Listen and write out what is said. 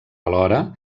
alhora